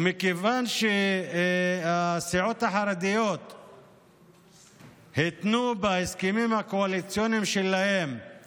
ומכיוון שהסיעות החרדיות התנו בהסכמים הקואליציוניים שלהם את